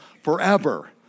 forever